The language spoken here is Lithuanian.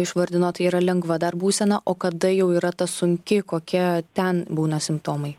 išvardinot tai yra lengva dar būsena o kada jau yra ta sunki kokie ten būna simptomai